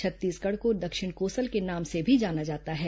छत्तीसगढ़ को दक्षिण कोसल के नाम से भी जाना जाता है